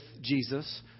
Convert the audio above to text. Jesus